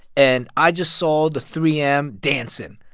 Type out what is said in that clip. and i just saw the three m dancing,